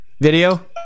video